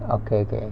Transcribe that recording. okay okay